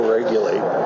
regulate